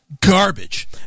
garbage